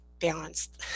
balanced